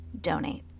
donate